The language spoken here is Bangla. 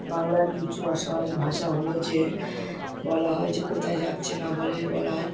বাংলার কিচু অসহজ ভাষা হলো যে বলা হয় যে কোথায় যাচ্ছে না বলে বলা হয়